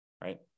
right